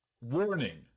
Warning